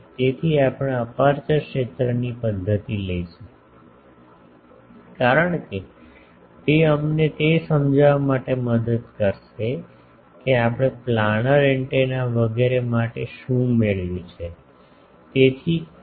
તેથી આપણે અપેર્ચર ક્ષેત્રની પદ્ધતિ લઈશું કારણ કે તે અમને તે સમજાવવા માટે મદદ કરશે કે આપણે પ્લાનર એન્ટેના વગેરે માટે શું મેળવ્યું છે